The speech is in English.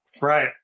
Right